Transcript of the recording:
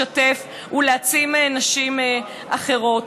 לשתף ולהעצים נשים אחרות.